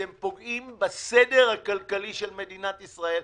אתם פוגעים בסדר הכלכלי של מדינת ישראל.